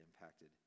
impacted